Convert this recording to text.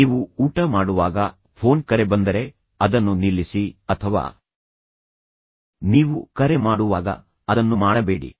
ನೀವು ಊಟ ಮಾಡುವಾಗ ಫೋನ್ ಕರೆ ಬಂದರೆ ಅಥವಾ ನೀವು ಏನನ್ನಾದರೂ ಅಗಿಯುತ್ತಿದ್ದರೆ ಅಥವಾ ತಿನ್ನುತ್ತಿದ್ದರೆ ಅದನ್ನು ನಿಲ್ಲಿಸಿ ಅಥವಾ ನೀವು ಕರೆ ಮಾಡುವಾಗ ಅದನ್ನು ಮಾಡಬೇಡಿ